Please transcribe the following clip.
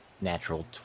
Natural